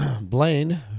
Blaine